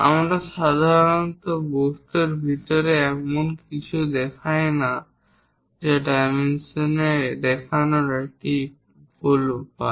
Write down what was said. আমরা সাধারণত বস্তুর ভিতরে এমন কিছু দেখাই না যা ডাইমেনশন দেখানোর একটি ভুল উপায়